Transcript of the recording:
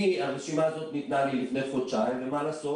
כי הרשימה הזאת ניתנה לי לפני חודשיים ומה לעשות?